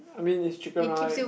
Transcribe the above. I mean it's chicken right